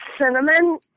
cinnamon